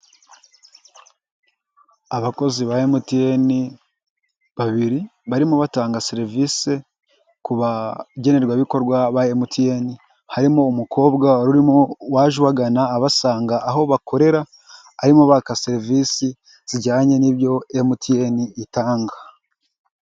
Abakozi ba MTN babiri, barimo batanga serivisi ku bagenerwabikorwa ba MTN, harimo umukobwa urimo waje ubagana, abasanga aho bakorera arimo baka serivisi zijyanye n'ibyo MTN itanga.